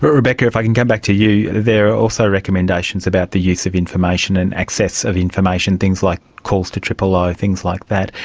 but rebecca, if i can come back to you, there are also recommendations about the use of information and access of information, things like calls to zero, like things like that.